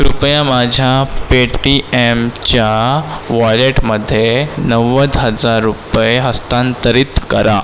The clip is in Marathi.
कृपया माझ्या पेटीएमच्या वॉलेटमध्ये नव्वद हजार रुपये हस्तांतरित करा